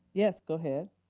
yes, go ahead.